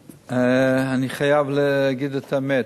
אני חייב להגיד את האמת: